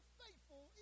faithful